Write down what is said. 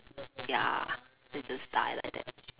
ya then just die like that